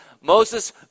Moses